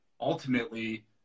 ultimately